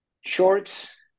shorts